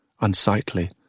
unsightly